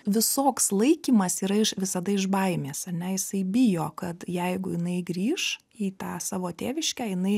visoks laikymas yra iš visada iš baimės ane jisai bijo kad jeigu jinai grįš į tą savo tėviškę jinai